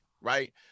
Right